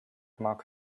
mark